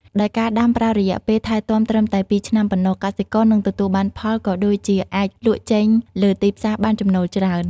ដោយការដាំប្រើរយៈពេលថែទាំត្រឹមតែពីរឆ្នាំប៉ុណ្ណោះ កសិករនឹងទទួលបានផល ក៏ដូចជាអាចលក់ចេញលើទីផ្សាបានចំណូលច្រើន។